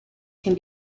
can